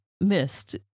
missed